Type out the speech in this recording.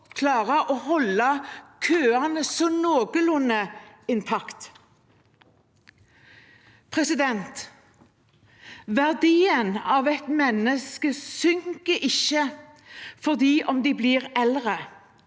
klare å holde køene så noenlunde intakte. Verdien av et menneske synker ikke fordi det blir eldre.